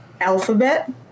alphabet